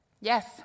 Yes